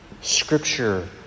scripture